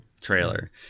trailer